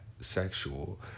sexual